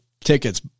tickets